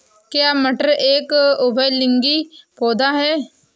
क्या मटर एक उभयलिंगी पौधा है?